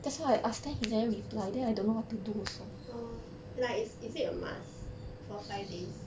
orh like is is it a must for five days